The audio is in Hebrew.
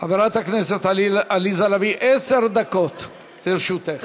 חברת הכנסת עליזה לביא, עשר דקות לרשותך.